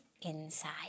inside